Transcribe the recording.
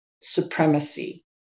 supremacy